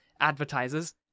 advertisers